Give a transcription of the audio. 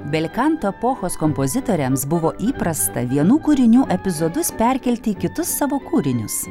belkanto epochos kompozitoriams buvo įprasta vienų kūrinių epizodus perkelti į kitus savo kūrinius